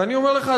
ואני אומר לך,